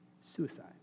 Suicide